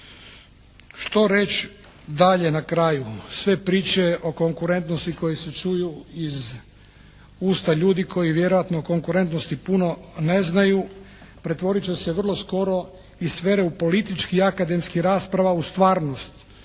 Što reći dalje na kraju? Dalje priče o konkurentnosti koje se čuju iz usta ljudi koji vjerojatno o konkurentnosti puno ne znaju pretvorit će se vrlo skoro iz sfere politički akademskih rasprava u stvarnost.